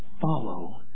Follow